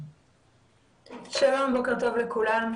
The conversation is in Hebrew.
שלום, בוקר טוב לכולם.